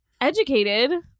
Educated